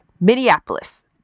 Minneapolis